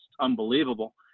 unbelievable